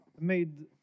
Made